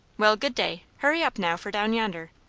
well, good day! hurry up, now, for down yonder.